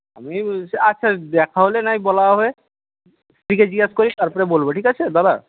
আমি বলছি আচ্ছা দেখা হলে না হয় বলা হবে স্ত্রীকে জিজ্ঞাসা করি তারপরে বলবো ঠিক আছে দাদা